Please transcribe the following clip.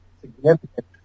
significant